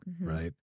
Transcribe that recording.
right